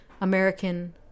American